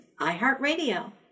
iHeartRadio